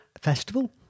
festival